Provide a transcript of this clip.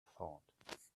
thought